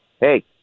Hey